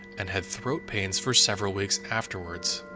and had throat pains for several weeks afterward.